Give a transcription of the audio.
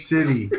City